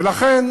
לכן